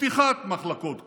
לפתיחת מחלקות קורונה.